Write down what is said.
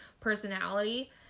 personality